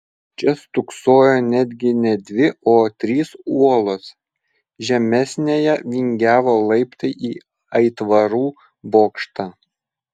čia stūksojo netgi ne dvi o trys uolos žemesniąja vingiavo laiptai į aitvarų bokštą